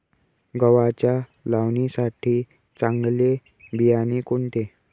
गव्हाच्या लावणीसाठी चांगले बियाणे कोणते?